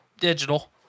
digital